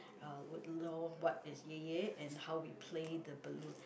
uh would know what is yay yay and how we play the balloon